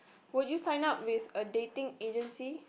would you sign up with a dating agency